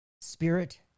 Spirit